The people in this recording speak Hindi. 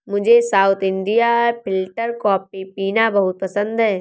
मुझे साउथ इंडियन फिल्टरकॉपी पीना बहुत पसंद है